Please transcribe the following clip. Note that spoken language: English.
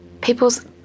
People's